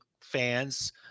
fans